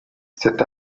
cet